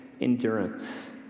endurance